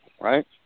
right